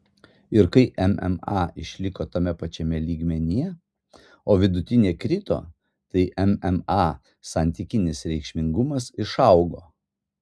ir kai mma išliko tame pačiame lygmenyje o vidutinė krito tai mma santykinis reikšmingumas išaugo